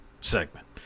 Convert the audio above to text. segment